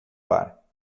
bar